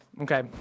Okay